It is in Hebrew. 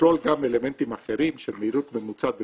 שתכלול גם אלמנטים אחרים, של מהירות ממוצעת וכו',